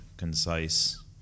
concise